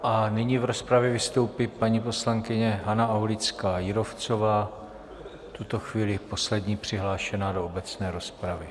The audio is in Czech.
A nyní v rozpravě vystoupí paní poslankyně Hana Aulická Jírovcová, v tuto chvíli poslední přihlášená do obecné rozpravy.